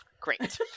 great